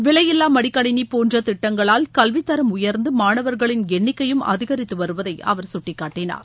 விலையில்லா மடிக்கனினி போன்ற திட்டங்களால் கல்வித் தரம் உயர்ந்து மாணவர்களின் எண்ணிக்கையும் அதிகரித்து வருவதைஅவர் சுட்டிக்காட்டினார்